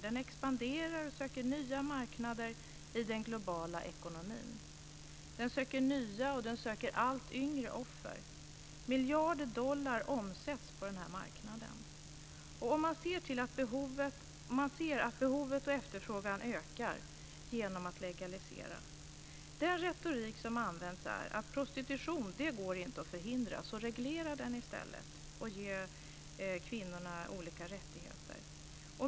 Den expanderar och söker nya marknader i den globala ekonomin. Den söker nya och allt yngre offer. Miljarder dollar omsätts på den här marknaden. Man ser att behovet och efterfrågan ökar genom legalisering. Den retorik som används är att prostitution inte går att förhindra. Reglera den i stället och ge kvinnorna olika rättigheter!